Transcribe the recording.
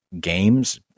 games